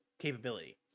capability